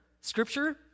Scripture